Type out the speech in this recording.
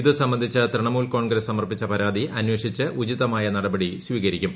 ഇതു സംബന്ധിച്ച് തൃണമൂൽ കോൺഗ്രസ് സമർപ്പിച്ച പരാതി അന്വേഷിച്ച് ഉചിതമായ നടപടി സ്വീകരിക്കും